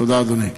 תודה, אדוני.